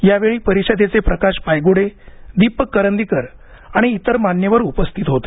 यावेळी परिषदेचे प्रकाश पायग्डे दीपक करंदीकर आणि इतर मान्यवर उपस्थित होते